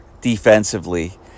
defensively